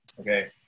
Okay